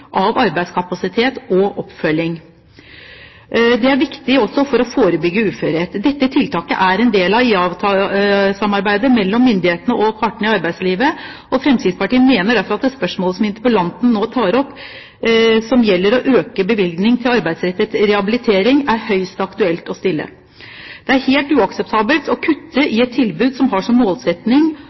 av arbeidskapasitet og oppfølging. Det er viktig også for å forebygge uførhet. Dette tiltaket er en del av IA-samarbeidet mellom myndighetene og partene i arbeidslivet. Fremskrittspartiet mener derfor at det spørsmålet som interpellanten nå tar opp, som gjelder å øke bevilgningen til arbeidsrettet rehabilitering, er høyst aktuelt å stille. Det er helt uakseptabelt å kutte i et tilbud som har som